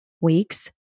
weeks